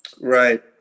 Right